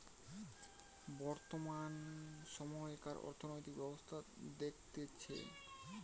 বর্তমান সময়কার অর্থনৈতিক ব্যবস্থা দেখতেছে